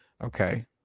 Okay